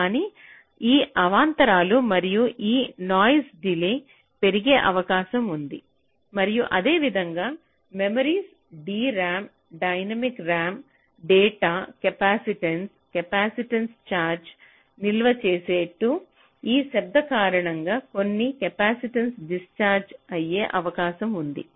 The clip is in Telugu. కానీ ఈ అవాంతరాలు మరియు ఈ నాయిస్ డిలే పెరిగే అవకాశం ఉంది మరియు అదేవిధంగా మెమరీస్ DRAM డైనమిక్ RAM డేటాను కెపాసిటెన్సగా కెపాసిటెన్సపై ఛార్జ్గా నిల్వ చేసేటు ఈ శబ్దం కారణంగా కొన్ని కెపాసిటెన్సలు డిస్చార్జ్ య్యే అవకాశం ఉంది